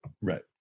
Right